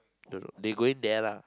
don't know they going there lah